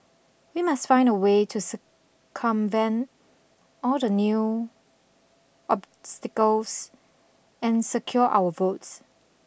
we must find a way to circumvent all the new obstacles and secure our votes